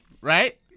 right